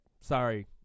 sorry